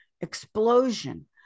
explosion